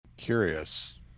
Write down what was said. curious